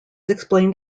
explained